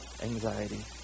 anxiety